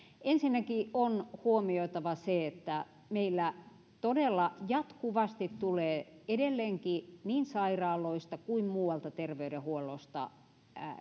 ensinnäkin on huomioitava se että meillä todella jatkuvasti tulee edelleenkin niin sairaaloista kuin muualta terveydenhuollosta